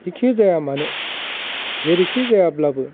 जेखि जाया मानो जेरैखि जायाब्लाबो